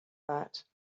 that